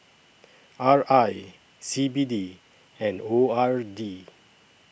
R I C B D and O R D